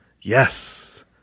yes